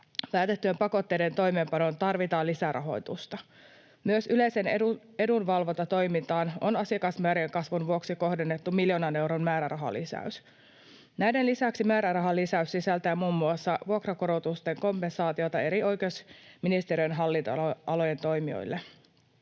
säädettyjen pakotteiden toimeenpanoon tarvitaan lisärahoitusta. Myös yleiseen edunvalvontatoimintaan on asiakasmäärien kasvun vuoksi kohdennettu miljoonan euron määrärahalisäys. Näiden lisäksi määrärahalisäys sisältää muun muassa vuokrankorotusten kompensaatiota eri oikeusministeriön hallintoalojen toimijoille.